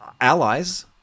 allies